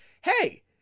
hey